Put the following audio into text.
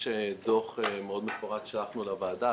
יש דוח מפורט מאוד ששלחנו לוועדה.